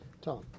Tom